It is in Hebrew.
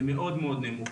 הם מאוד נמוכים.